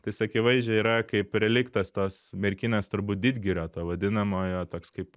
tai jis akivaizdžiai yra kaip reliktas tos merkinės turbūt didgirio to vadinamojo toks kaip